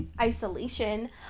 isolation